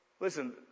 Listen